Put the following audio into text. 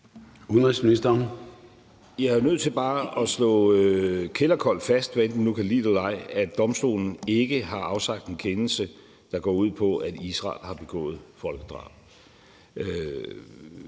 Rasmussen): Jeg er nødt til bare at slå kælderkoldt fast, hvad enten man nu kan lide det eller ej, at domstolen ikke har afsagt en kendelse, der går ud på, at Israel har begået folkedrab.